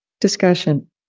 Discussion